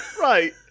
Right